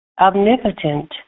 omnipotent